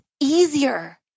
easier